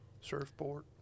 Surfboard